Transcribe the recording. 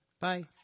Bye